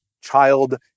child